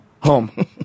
Home